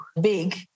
big